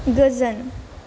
गोजोन